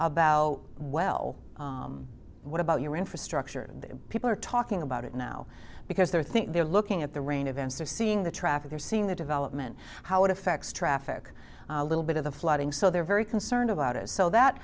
about well what about your infrastructure that people are talking about it now because they're think they're looking at the rain events they're seeing the traffic they're seeing the development how it affects traffic little bit of the flooding so they're very concerned about it so that